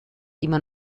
immer